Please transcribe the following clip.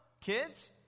Kids